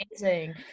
Amazing